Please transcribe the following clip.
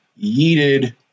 yeeted